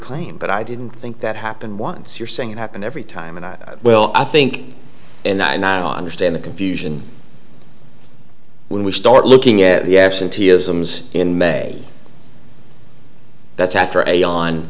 claim but i didn't think that happened once you're saying it happened every time and i well i think and i now understand the confusion when we start looking at the absenteeism zz in may that's after